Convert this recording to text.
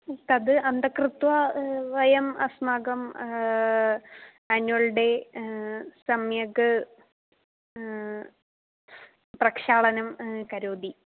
तत् अन्तं कृत्वा वयम् अस्माकम् आन्वल् डे सम्यक् प्रक्षालनं करोति